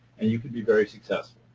and you can be very successful.